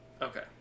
Okay